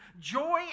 Joy